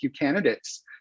candidates